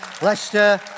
Leicester